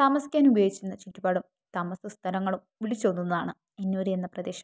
താമസിക്കാൻ ഉപയോഗിച്ചിരുന്ന ചുറ്റുപാടും താമസ സ്ഥലങ്ങളും വിളിച്ചോതുന്നതാണ് ഇൻഊര് എന്ന പ്രദേശം